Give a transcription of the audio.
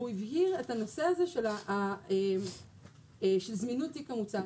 והוא הבהיר את הנושא של זמינות תיק המוצר.